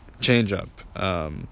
change-up